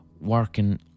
working